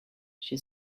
she